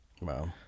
Wow